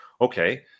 Okay